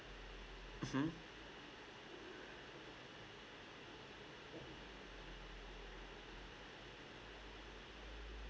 mmhmm